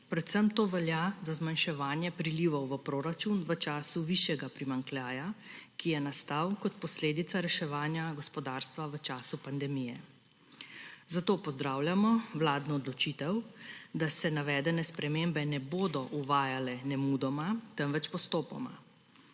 predvsem to velja za zmanjševanje prilivov v proračun v času višjega primanjkljaja, ki je nastal kot posledica reševanja gospodarstva v času pandemije. Zato pozdravljamo vladno odločitev, da se navedene spremembe ne bodo uvajale nemudoma, temveč postopoma.